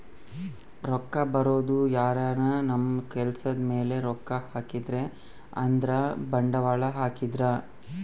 ರೊಕ್ಕ ಬರೋದು ಯಾರನ ನಮ್ ಕೆಲ್ಸದ್ ಮೇಲೆ ರೊಕ್ಕ ಹಾಕಿದ್ರೆ ಅಂದ್ರ ಬಂಡವಾಳ ಹಾಕಿದ್ರ